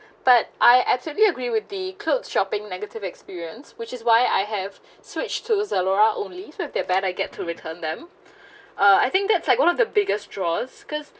but I absolutely agree with the clothes shopping negative experience which is why I have switched to Zalora only with that where I get to return them uh I think that's like one of the biggest draws cause